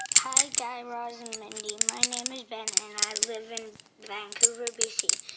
hi, guy raz and mindy. my name is ben, and i live in vancouver, b c.